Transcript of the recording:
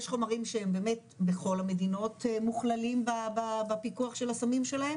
יש חומרים שהם באמת בכל המדינות מוכללים בפיקוח של הסמים שלהם